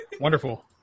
wonderful